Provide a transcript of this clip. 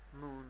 moon